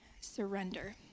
Surrender